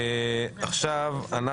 עכשיו אנחנו